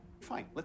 Fine